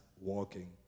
walking